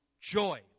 joy